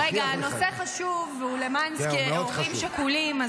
--- רגע, הנושא חשוב, והוא למען הורים שכולים.